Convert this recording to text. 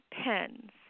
pens